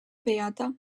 beata